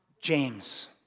James